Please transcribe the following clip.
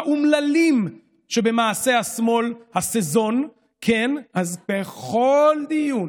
האומללים שבמעשה השמאל, הסזון, כן, אז בכל דיון,